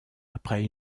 après